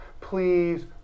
Please